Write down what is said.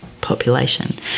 population